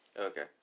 Okay